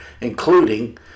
including